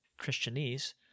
Christianese